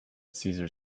cesar